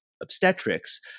obstetrics